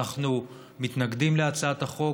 אנחנו מתנגדים להצעת החוק